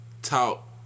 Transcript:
Talk